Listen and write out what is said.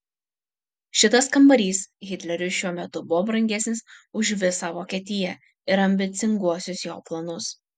šitas kambarys hitleriui šiuo metu buvo brangesnis už visą vokietiją ir ambicinguosius jo planus